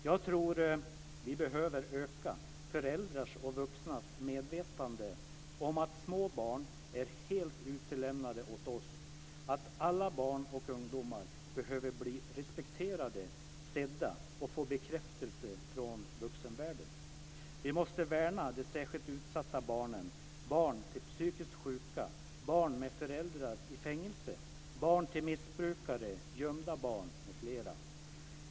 Jag tror att vi behöver öka föräldrars och vuxnas medvetande om att små barn är helt utlämnade åt oss, att alla barn och ungdomar behöver bli respekterade, sedda och få bekräftelse från vuxenvärlden. Vi måste värna de särskilt utsatta barnen, barn till psykiskt sjuka, barn med föräldrar i fängelse, barn till missbrukare, gömda barn, m.fl.